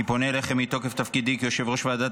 אני פונה אליכם מתוקף תפקידי כיושב-ראש ועדת